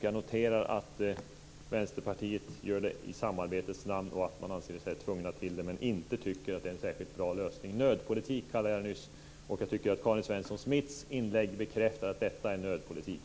Jag noterar att Vänsterpartiet gör detta i samarbetets namn, och att man anser sig tvungen till det. Man tycker inte att det är en särskilt bra lösning. Nödpolitik, kallade jag det nyss, och jag tycker att Karin Svensson Smiths inlägg bekräftar att detta är nödpolitik.